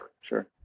sure